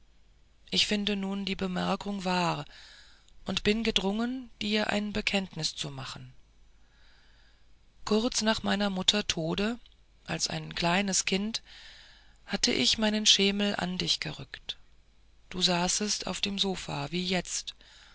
ich finde nun die bemerkung wahr und bin gedrungen dir ein bekenntnis zu machen kurz nach meiner mutter tode als ein kleines kind hatte ich meinen schemel an dich gerückt du saßest auf dem sofa wie jetzt